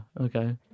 okay